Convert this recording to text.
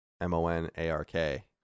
M-O-N-A-R-K